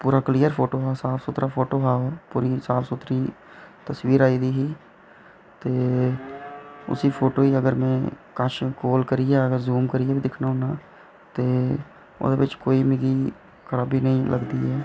ते पूरा clear photo हा ओह् साफ सुथरा हा एह् पूरी साफ सुथरी तस्वीर आई दी ही ते उसी फोटो गी अगर में कश करियै जूम करियै बी दिक्खना होना ते ओह्दे बिच कोई मिगी खराबी नेईं लगदी ऐ